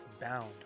bound